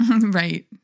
Right